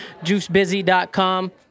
juicebusy.com